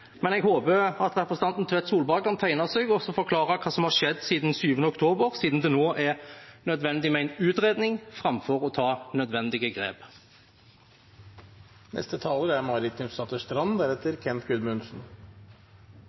Men jeg håper at representanten Tvedt Solberg kan tegne seg og forklare hva som har skjedd siden 7. oktober, siden det nå er nødvendig med en utredning framfor å ta nødvendige grep. Det er fristende å minne siste taler